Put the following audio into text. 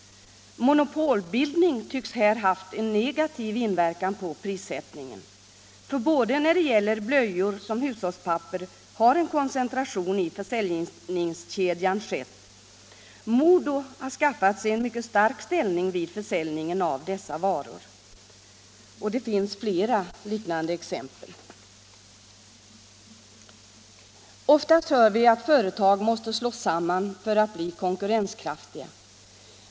Monopolbildning tycks här ha haft en negativ inverkan på prissättningen, för när det gäller både blöjor och hushållspapper har en koncentration i försäljningskedjan skett. MoDo har skaffat sig en mycket stark ställning vid försäljningen av dessa varor. Det finns flera liknande exempel. Oftast hör vi att företag måste slås samman för att bli konkurrenskraftiga.